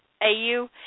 AU